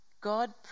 God